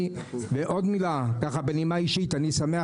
ועוד מילה, בנימה אישית, אני שמח